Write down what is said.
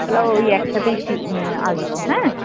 ওই একসাথেই আসবো হ্যাঁ